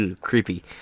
creepy